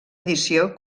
edició